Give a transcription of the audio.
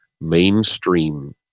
mainstream